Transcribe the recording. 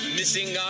missing